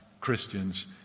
Christians